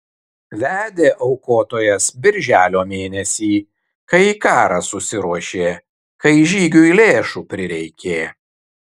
vedė aukotojas birželio mėnesį kai į karą susiruošė kai žygiui lėšų prireikė